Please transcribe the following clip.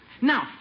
Now